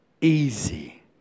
Easy